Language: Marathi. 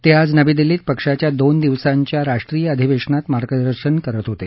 ते आज नवी दिल्लीत पक्षाच्या दोन दिवसांच्या राष्ट्रीय अधिवेशनात मार्गदर्शन करत होते